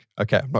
Okay